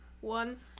one